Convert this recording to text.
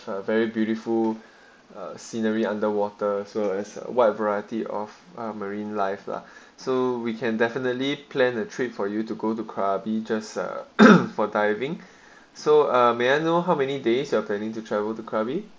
a very beautiful scenery underwater so as a wide variety of marine life lah so we can definitely plan the trade for you to go to krabi is are for diving so ah may I know how many days you are planning to travel to krabi